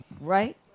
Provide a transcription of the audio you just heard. Right